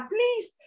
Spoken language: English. Please